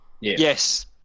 Yes